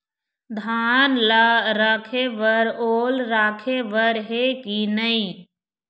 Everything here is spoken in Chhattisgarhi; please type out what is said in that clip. धान ला रखे बर ओल राखे बर हे कि नई?